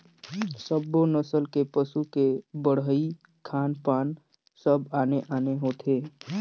सब्बो नसल के पसू के बड़हई, खान पान सब आने आने होथे